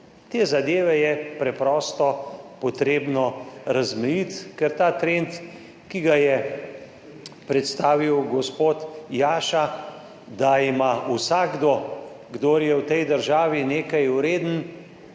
Te zadeve je preprosto treba razmejiti, ker ta trend, ki ga je predstavil gospod Jaša, da ima vsakdo, kdor je v tej državi nekaj vreden,